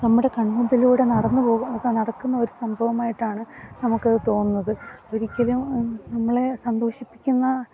നമ്മുടെ കണ്മുൻപിലൂടെ നടന്ന് പോകു നടക്കുന്ന ഒരു സംഭവമായിട്ടാണ് നമുക്കത് തോന്നുന്നത് ഒരിക്കലും നമ്മളെ സന്തോഷിപ്പിക്കുന്ന